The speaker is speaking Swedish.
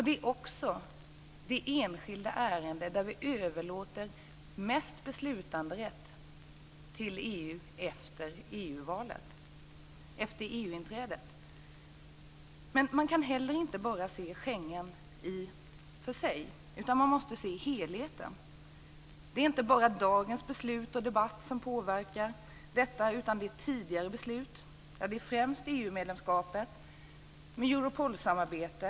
Det är också det enskilda ärende där vi överlåter mest beslutanderätt till EU efter EU Man kan inte bara se Schengen för sig, utan man måste se helheten. Det är inte bara dagens debatt och beslut som påverkar detta utan också tidigare beslut. Det är främst EU-medlemskapet, med Europolsamarbetet.